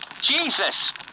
Jesus